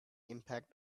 impact